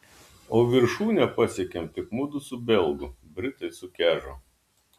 o viršūnę pasiekėm tik mudu su belgu britai sukežo